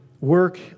work